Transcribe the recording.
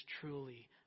truly